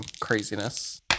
craziness